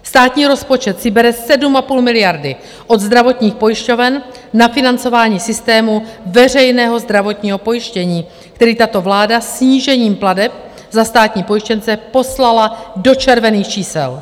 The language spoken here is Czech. Státní rozpočet si bere 7,5 miliardy od zdravotních pojišťoven na financování systému veřejného zdravotního pojištění, který tato vláda snížením plateb za státní pojištěnce poslala do červených čísel.